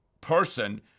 person